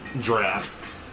draft